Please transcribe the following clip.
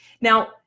Now